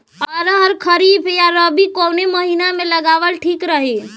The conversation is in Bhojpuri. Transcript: अरहर खरीफ या रबी कवने महीना में लगावल ठीक रही?